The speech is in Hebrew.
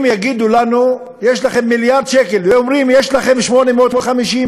אם יגידו לנו: יש לכם 1 מיליארד שקל.